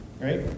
right